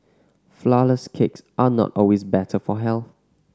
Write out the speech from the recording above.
flourless cakes are not always better for health